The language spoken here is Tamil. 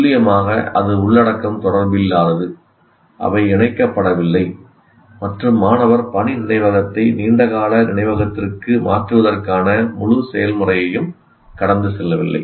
துல்லியமாக அது உள்ளடக்கம் தொடர்பில்லாதது அவை இணைக்கப்படவில்லை மற்றும் மாணவர் பணி நினைவகத்தை நீண்டகால நினைவகத்திற்கு மாற்றுவதற்கான முழு செயல்முறையையும் கடந்து செல்லவில்லை